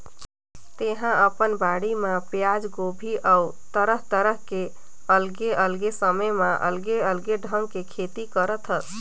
तेहा अपन बाड़ी म पियाज, गोभी अउ तरह तरह के अलगे अलगे समय म अलगे अलगे ढंग के खेती करथस